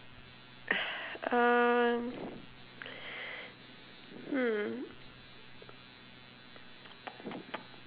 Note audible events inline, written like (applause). (noise) um hmm (noise)